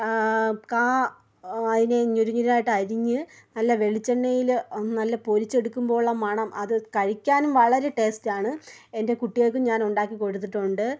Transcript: ആ കായ അതിനെ ഞൊരി ഞൊരായിട്ട് അരിഞ്ഞ് നല്ല വെളിച്ചെണ്ണയിൽ നല്ല പൊരിച്ചെടുക്കുമ്പോളുള്ള മണം അത് കഴിക്കാനും വളരെ ടേസ്റ്റ് ആണ് എൻ്റെ കുട്ടികൾക്കും ഞാൻ ഉണ്ടാക്കി കൊടുത്തിട്ടുണ്ട്